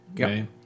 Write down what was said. Okay